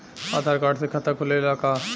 आधार card से खाता खुले ला का?